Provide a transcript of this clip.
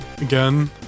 again